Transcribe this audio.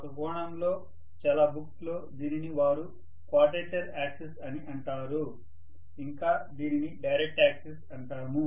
ఒక కోణంలో చాలా బుక్స్ లో దీనిని వారు క్వాడ్రేచర్ యాక్సిస్ అని అంటారు ఇంకా దీనిని డైరెక్ట్ యాక్సిస్ అంటాము